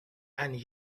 and